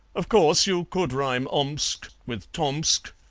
of course, you could rhyme omsk with tomsk,